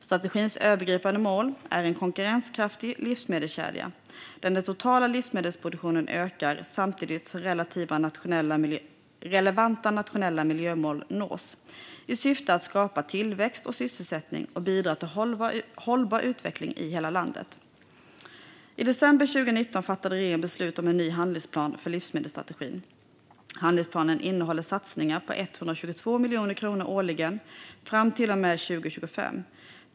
Strategins övergripande mål är en konkurrenskraftig livsmedelskedja där den totala livsmedelsproduktionen ökar, samtidigt som relevanta nationella miljömål nås, i syfte att skapa tillväxt och sysselsättning och bidra till hållbar utveckling i hela landet. I december 2019 fattade regeringen beslut om en ny handlingsplan för livsmedelsstrategin. Handlingsplanen innehåller satsningar på 122 miljoner kronor årligen fram till och med 2025.